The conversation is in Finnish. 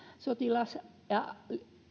sotilas ja